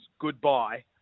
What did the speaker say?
Goodbye